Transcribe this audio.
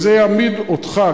זה יעמיד אותך,